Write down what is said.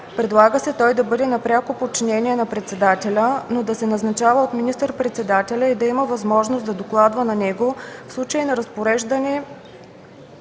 Предлага се той да бъде на пряко подчинение на председателя, но да се назначава от министър-председателя и да има възможност да докладва на него в случай на разпореждане